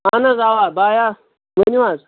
اَہن حظ اَوا بایا ؤنِو حظ